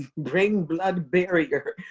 bring blood barrier,